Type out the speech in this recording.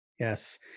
Yes